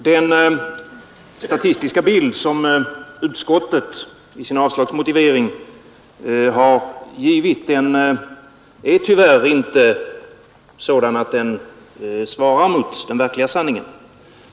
Herr talman! Den statistiska bild som utskottet i sin avslagsmotivering har givit är tyvärr inte sådan att den svarar mot den verkliga sanningen.